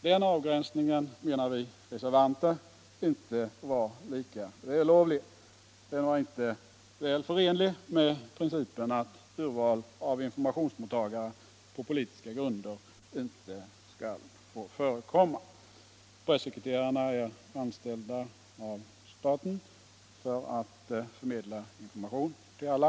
Den avgränsningen menar vi reservanter inte var lika vällovlig. Den var inte väl förenlig med principen att ”urval av informationsmottagare på politiska grunder inte får förekomma”. Pressekreterarna är anställda av staten för att förmedla information till alla.